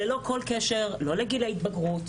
ללא כל קשר - לא לגיל ההתבגרות,